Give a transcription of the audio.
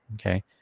Okay